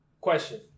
question